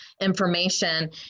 information